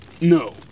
No